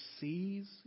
sees